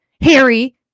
Harry